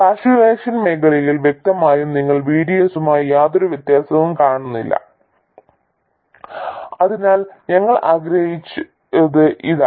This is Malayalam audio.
സാച്ചുറേഷൻ മേഖലയിൽ വ്യക്തമായും നിങ്ങൾ VDS യുമായി യാതൊരു വ്യത്യാസവും കാണുന്നില്ല അതിനാൽ ഞങ്ങൾ ആഗ്രഹിച്ചത് ഇതാണ്